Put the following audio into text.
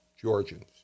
Georgians